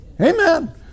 amen